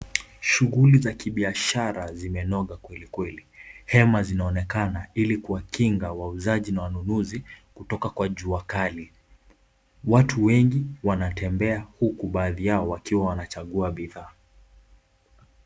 Shughuli za kibiashara zimenoga kweli kweli. Hema zinaonekana ili kuwakinga wauzaji na wanunuzi kutoka kwa jua kali. Watu wengi wanatembea huku baadhi yao wanachagua bidhaa.